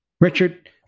Richard